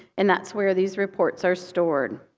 and that's where these reports are stored.